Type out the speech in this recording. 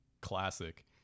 Classic